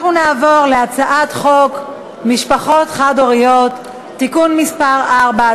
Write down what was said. אנחנו נעבור להצעת חוק משפחות חד-הוריות (תיקון מס' 4),